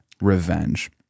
revenge